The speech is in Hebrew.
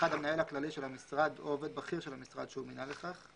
(1)המנהל הכללי של המשרד או עובד בכיר של המשרד שהוא מינה לכך,